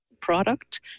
product